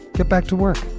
get back to work